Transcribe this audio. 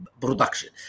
production